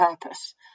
purpose